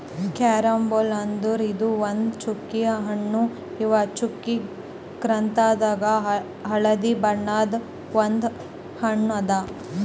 carambola ಅಂದುರ್ ಇದು ಒಂದ್ ಚ್ಚುಕಿ ಹಣ್ಣು ಇವು ಚ್ಚುಕಿ ಗಾತ್ರದಾಗ್ ಹಳದಿ ಬಣ್ಣದ ಒಂದ್ ಹಣ್ಣು ಅದಾ